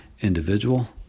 individual